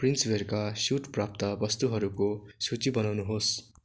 प्रिन्सवेयरका suit प्राप्त वस्तुहरूको सूची बनाउनुहोस्